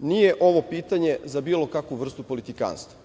Nije ovo pitanje za bilo kakvu vrstu politikanstva.